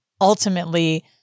ultimately